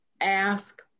ask